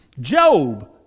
Job